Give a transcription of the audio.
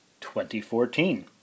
2014